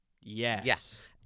Yes